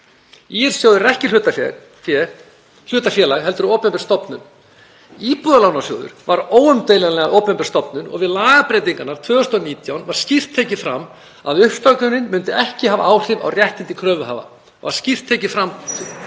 ÍL-sjóður er ekki hlutafélag heldur opinber stofnun. Íbúðalánasjóður var óumdeilanlega opinber stofnun. Við lagabreytingarnar 2019 var skýrt tekið fram að uppstokkunin myndi ekki hafa áhrif á réttindi kröfuhafa, það var skýrt tekið fram 2019.